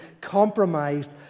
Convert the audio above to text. compromised